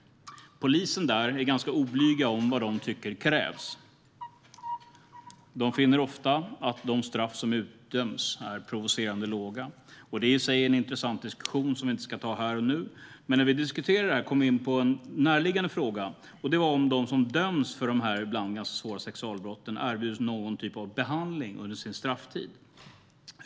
Polisen där är ganska oblyg när det gäller vad de tycker krävs. De finner ofta att de straff som utdöms är provocerande låga. Det är i sig en intressant diskussion som vi inte ska ta här och nu, men när vi diskuterade detta kom vi in på en närliggande fråga. Den gällde huruvida de som döms för dessa ibland ganska svåra sexualbrott erbjuds någon behandling under sin strafftid.